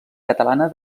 catalana